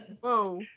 Whoa